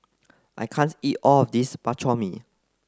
I can't eat all of this Bak Chor Mee